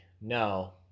no